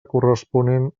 corresponent